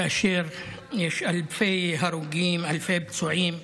כאשר יש אלפי הרוגים, אלפי פצועים ומצוקות,